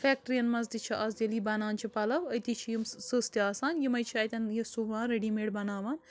فٮ۪کٹرین منٛز تہِ چھِ آز ییٚلہِ یہِ بَنان چھِ پَلو أتی چھِ یِم سٕژ تہِ آسان یِمے چھِ اَتٮ۪ن یہِ سوٗوان ریٚڈی میڈ بَناوان